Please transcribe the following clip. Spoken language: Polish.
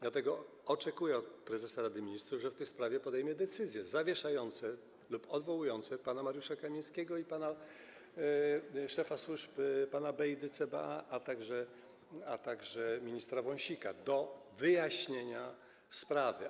Dlatego oczekuję od prezesa Rady Ministrów, że w tej sprawie podejmie decyzje zawieszające lub odwołujące pana Mariusza Kamińskiego i szefa służb CBA pana Bejdę, a także ministra Wąsika do wyjaśnienia sprawy.